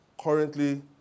currently